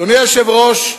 אדוני היושב-ראש,